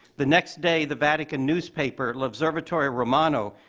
the next day, the vatican newspaper, l'osservatore romano,